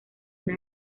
una